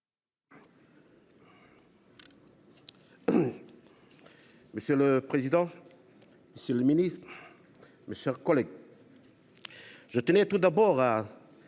Monsieur le président, madame la ministre, mes chers collègues, je tiens tout d’abord à